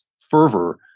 fervor